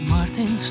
Martin